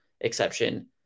exception